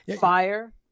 Fire